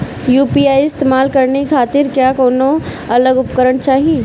UPI इस्तेमाल करने खातिर क्या कौनो अलग उपकरण चाहीं?